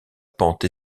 pente